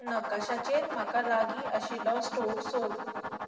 नकाशाचेर म्हाका लागी आशिल्लो स्टोर सोद